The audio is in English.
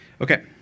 Okay